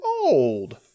old